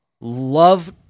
Love